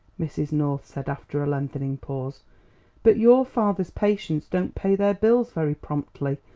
mrs. north said after a lengthening pause but your father's patients don't pay their bills very promptly,